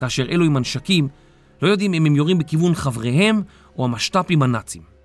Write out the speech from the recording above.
כאשר אלו עם הנשקים לא יודעים אם הם יורים בכיוון חבריהם או המשת"פים הנאצים.